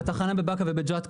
התחנה בבאקה ובג'ת,